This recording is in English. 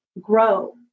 grow